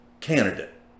candidate